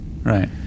Right